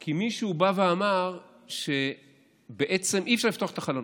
כי מישהו בא ואמר שבעצם אי-אפשר לפתוח את החלונות.